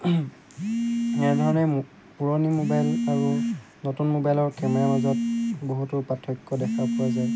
এনেধৰণে পুৰণি মোবাইল আৰু নতুন মোবাইলৰ কেমেৰা মাজত বহুতো পাৰ্থক্য দেখা পোৱা যায়